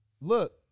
Look